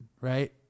right